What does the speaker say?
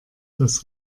das